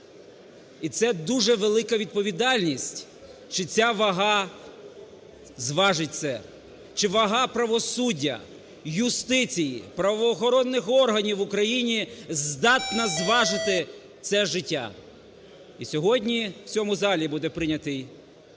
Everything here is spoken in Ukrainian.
І це дуже велика відповідальність, чи ця вага зважить це. Чи вага правосуддя, юстиції, правоохоронних органів в Україні, здатна зважити це життя. І сьогодні, в цьому залі буде прийняте